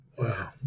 Wow